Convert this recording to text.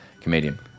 comedian